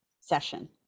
session